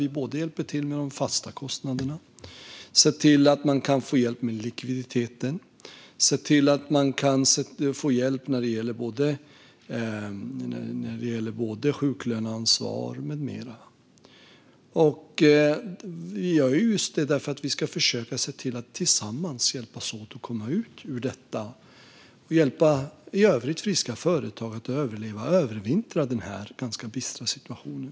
Vi har hjälpt till med de fasta kostnaderna, sett till att man kan få hjälp med likviditeten och sett till att man kan få hjälp när det gäller sjuklöneansvar med mera. Vi gör detta just för att försöka se till att vi tillsammans hjälps åt att komma ut ur detta. Vi hjälper i övrigt friska företag att överleva och övervintra den här ganska bistra situationen.